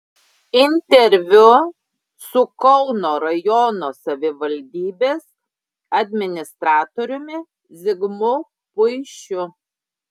interviu su kauno rajono savivaldybės administratoriumi zigmu puišiu